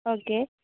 okay